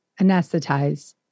anesthetize